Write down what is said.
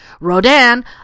Rodan